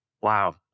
Wow